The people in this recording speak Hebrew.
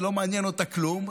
ולא מעניין אותה כלום.